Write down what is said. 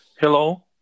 Hello